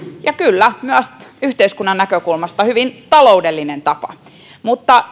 ja kyllä myös yhteiskunnan näkökulmasta hyvin taloudellinen tapa mutta